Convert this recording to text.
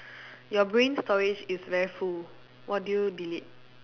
your brain storage is very full what do you delete